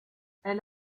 elle